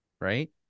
right